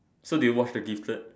so did you watch the gifted